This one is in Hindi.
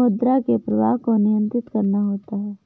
मुद्रा के प्रवाह को नियंत्रित करना होता है